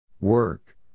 Work